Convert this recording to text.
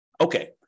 Okay